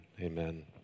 Amen